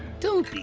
don't be